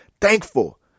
thankful